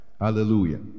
Hallelujah